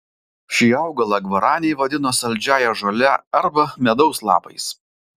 šį augalą gvaraniai vadino saldžiąja žole arba medaus lapais